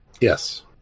Yes